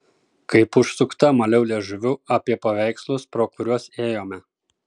kaip užsukta maliau liežuviu apie paveikslus pro kuriuos ėjome